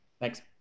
Thanks